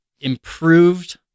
improved